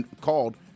called